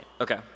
okay